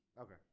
Okay